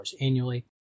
annually